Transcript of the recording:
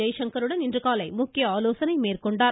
ஜெய்சங்கருடன் இன்று காலை முக்கிய ஆலோசனை மேற்கொண்டார்